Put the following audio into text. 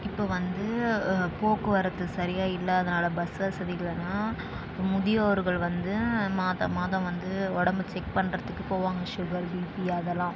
இப்போ வந்து போக்குவரத்து சரியாக இல்லாதனால் பஸ் வசதி இல்லலைன்னா முதியோர்கள் வந்து மாதம் மாதம் வந்து உடம்ப செக் பண்ணுறதுக்கு போவாங்க ஷுகர் பிபி அதெல்லாம்